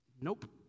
Nope